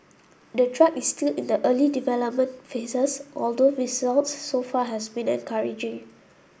the drug is still in the early development phases although results so far has been encouraging